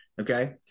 Okay